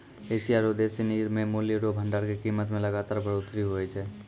Asia रो देश सिनी मे मूल्य रो भंडार के कीमत मे लगातार बढ़ोतरी हुवै छै